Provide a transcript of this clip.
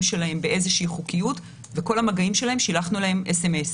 שלהם באיזושהי חוקיות ושלחנו להם מסרון.